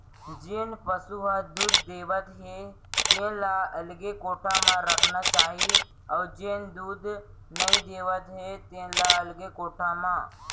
जेन पसु ह दूद देवत हे तेन ल अलगे कोठा म रखना चाही अउ जेन दूद नइ देवत हे तेन ल अलगे कोठा म